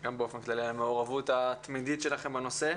וגם באופן כללי על המעורבות התמידית שלכם בנושא.